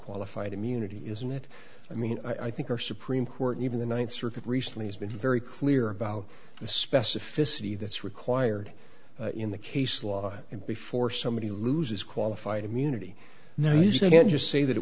qualified immunity isn't it i mean i think our supreme court even the ninth circuit recently has been very clear about the specificity that's required in the case law and before somebody loses qualified immunity now usually can't just say that it